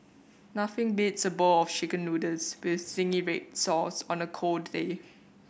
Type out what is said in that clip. nothing beats a bowl of Chicken Noodles with zingy red sauce on a cold day